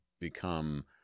become